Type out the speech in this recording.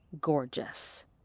gorgeous